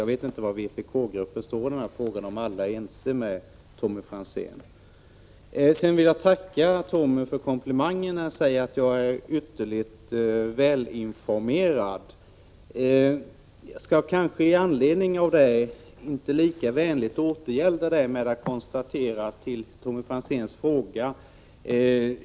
Jag vet inte var vpk-gruppen står i den här frågan — om alla är ense med Tommy Franzén. Sedan vill jag tacka Tommy Franzén för komplimangen; han sade att jag var ytterligt välinformerad. Jag skall återgälda det med att — kanske inte lika vänligt — besvara Tommy Franzéns fråga.